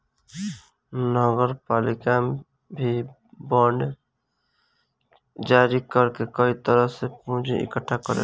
नगरपालिका भी बांड जारी कर के कई तरह से पूंजी इकट्ठा करेला